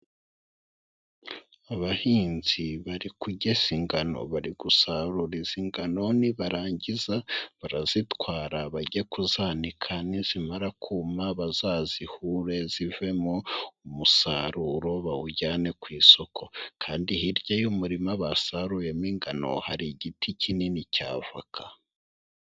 Abahinzi bari kugesa ingano, bari gusaruzi inganoni nibarangiza barazitwara bajye kuzanika nizimamara kuma bazazihure zivemo umusaruro bawujyane ku isoko, kandi hirya y'umurima basaruyemo ingano hari igiti kinini cya avoka.